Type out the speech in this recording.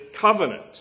covenant